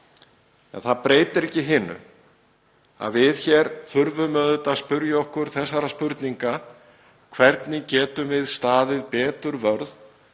það breytir ekki hinu að við hér þurfum auðvitað að spyrja okkur þessara spurninga: Hvernig getum við staðið betur vörð